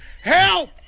Help